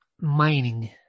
mining